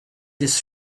his